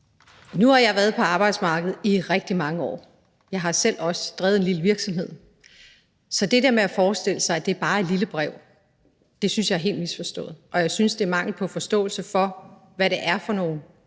Nu har jeg været på arbejdsmarkedet i rigtig mange år, jeg har selv også drevet en lille virksomhed, så det der med at forestille sig, at det bare er et lille brev, synes jeg er helt misforstået, og jeg synes, det er mangel på forståelse for, hvad det er for nogle